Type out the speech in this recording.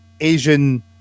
Asian